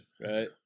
right